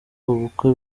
ubukwe